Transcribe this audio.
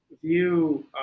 view